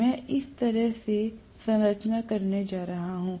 मैं इस तरह से संरचना करने जा रहा हूं